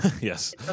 Yes